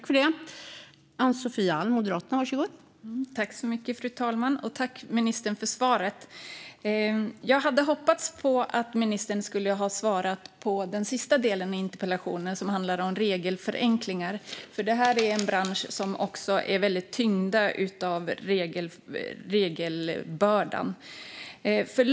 Fru talman! Tack för svaret, ministern! Jag hade hoppats att ministern skulle svara på den sista delen av min interpellation, som handlade om regelförenklingar. Detta är nämligen en bransch som är väldigt tyngd av regelbördan.